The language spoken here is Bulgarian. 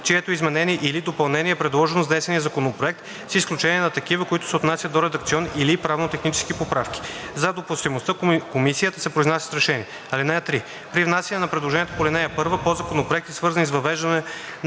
чието изменение или допълнение е предложено с внесения законопроект, с изключение на такива, които се отнасят до редакционни или правно-технически поправки. За допустимостта комисията се произнася с решение. (3) При внасяне на предложения по ал. 1 по законопроекти, свързани с въвеждане на